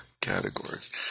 categories